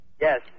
Yes